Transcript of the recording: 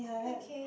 okay